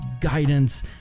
guidance